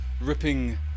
ripping